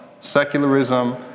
secularism